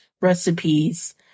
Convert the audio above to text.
recipes